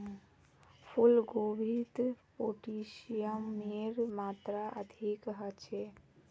फूल गोभीत पोटेशियमेर मात्रा अधिक ह छे